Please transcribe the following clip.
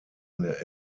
eine